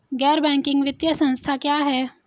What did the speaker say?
गैर बैंकिंग वित्तीय संस्था क्या है?